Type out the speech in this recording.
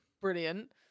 Brilliant